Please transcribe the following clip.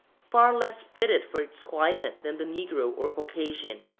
far less fitted for its climate than the negro or caucasian.